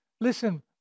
Listen